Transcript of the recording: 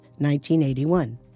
1981